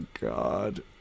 God